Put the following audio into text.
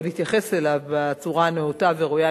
להתייחס אליו בצורה הנאותה והראויה.